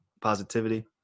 Positivity